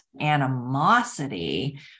animosity